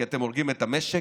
כי אתם הורגים את המשק,